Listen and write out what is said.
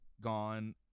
gone